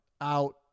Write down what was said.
out